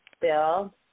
Bill